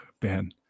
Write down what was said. Ben